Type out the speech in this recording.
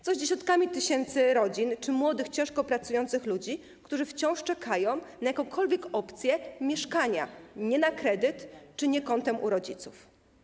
Co z dziesiątkami tysięcy rodzin czy młodych, ciężko pracujących ludzi, którzy wciąż czekają na jakąkolwiek opcję mieszkania nie na kredyt czy nie kątem u rodziców?